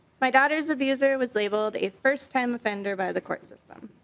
my daughter's abuser was labeled a first-time offender by the court system.